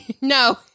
No